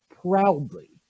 proudly